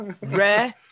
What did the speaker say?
rare